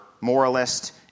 moralist